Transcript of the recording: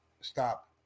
stop